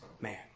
man